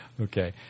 okay